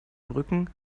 brücken